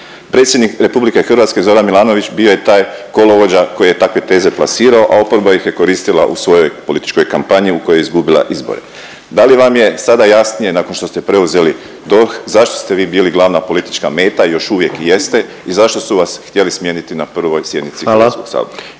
Predsjednik Republike Hrvatske Zoran Milanović bio je taj kolovođa koji je takve teze plasirao, a oporba ih je koristila u svojoj političkoj kampanji u kojoj je izgubila izbore. Da li vam je sada jasnije nakon što ste preuzeli DORH zašto ste vi bili glavna politička meta, još uvijek jeste i zašto su vas htjeli smijeniti na prvoj sjednici Hrvatskog sabora.